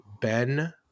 ben